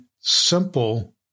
simple